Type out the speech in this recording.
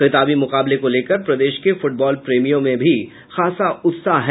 खिताबी मुकाबले को लेकर प्रदेश के फुटबॉल प्रेमियों में भी खासा उत्साह है